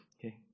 okay